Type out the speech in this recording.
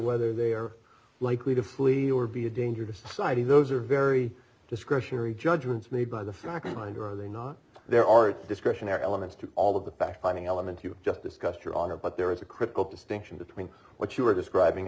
whether they are likely to flee or be a danger to society those are very discretionary judgments made by the fact in mind are they not there are discretionary elements to all of the fact finding elements you just discussed your honor but there is a critical distinction between what you are describing